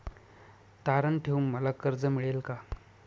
तारण ठेवून मला कर्ज मिळेल का?